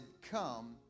come